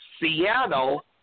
Seattle